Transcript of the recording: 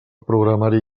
programari